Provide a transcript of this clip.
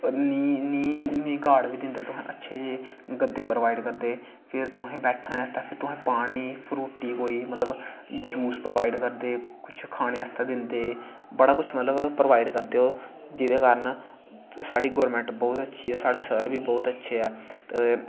नी गाड बी दिंदे अच्छे जेह् गद्दे प्रोवाईड करदे फिर तुसें गी बैठनै आस्तै फिर तुसें गी पानी फ्रूटी कोई मतलव जूस प्रोबाईड करदे कुश खाने आस्तै दिंदे बड़ा कुश मतलव प्रोबाईड करदे ओह् जेह्दै कारण साढ़ी गौरमैंट बौह्त अच्छी ऐ साढ़े सर बी बौह्त अच्छे ऐ